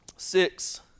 Six